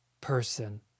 person